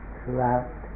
throughout